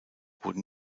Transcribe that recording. wurden